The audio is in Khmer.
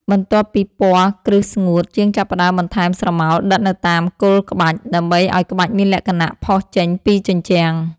បន្ទាប់ពីពណ៌គ្រឹះស្ងួត ជាងចាប់ផ្ដើមបន្ថែមស្រមោលដិតនៅតាមគល់ក្បាច់ ដើម្បីឱ្យក្បាច់មានលក្ខណៈផុសចេញពីជញ្ជាំង។